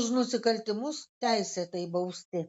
už nusikaltimus teisėtai bausti